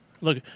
Look